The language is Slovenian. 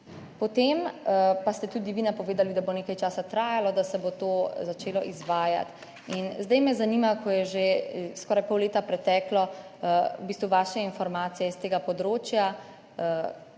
Potem pa ste tudi vi napovedali, da bo nekaj časa trajalo, da se bo to začelo izvajati. Ker je preteklo že skoraj pol leta, me zanimajo v bistvu vaše informacije s tega področja.